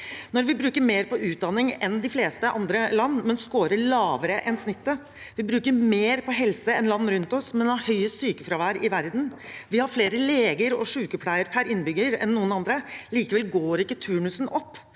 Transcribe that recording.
Vi bruker mer på utdanning enn de fleste andre land, men skårer lavere enn snittet. Vi bruker mer på helse enn land rundt oss, men har høyest sykefravær i verden. Vi har flere leger og sykepleiere per innbygger enn noen andre, men likevel går ikke turnusen opp.